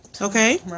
Okay